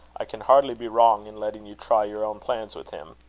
i can hardly be wrong in letting you try your own plans with him.